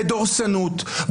בדורסנות,